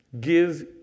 Give